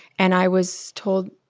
and i was told